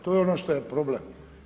To je ono što je problem.